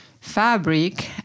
fabric